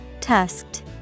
Tusked